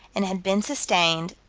and had been sustained,